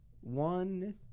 one